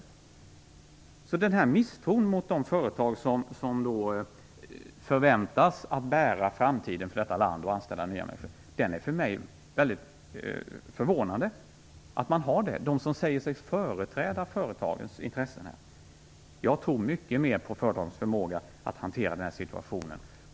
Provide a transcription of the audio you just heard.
Den misstro från dem som säger sig företräda företagens intressen mot de företag som förväntas bära framtiden för detta land och anställa nya människor är för mig mycket förvånande. Jag tror mycket mer på företagens förmåga att hantera situationen.